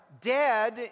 dead